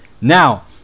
now